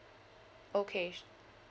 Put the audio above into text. okay